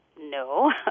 no